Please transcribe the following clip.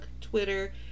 Twitter